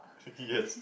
yes